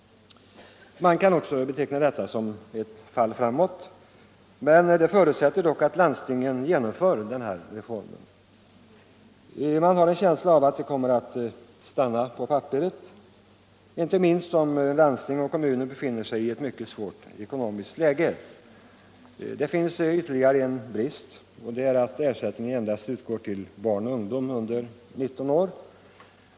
Också detta kan betecknas som ett fall framåt. Men det förutsätter att landstingen genomför reformen. Jag har en känsla av att den kommer att stanna på papperet, inte minst på grund av att landsting och kommuner befinner sig i ett mycket svårt ekonomiskt läge. Det finns ytterligare en brist, nämligen att ersättningen endast utgår till barn och ungdom under 19 år.